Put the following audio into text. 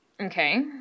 Okay